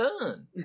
turn